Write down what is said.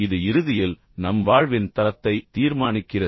இது இறுதியில் நம் வாழ்வின் தரத்தை தீர்மானிக்கிறது